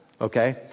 Okay